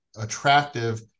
attractive